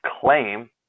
claim